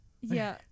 yeah-